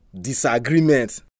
disagreement